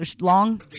long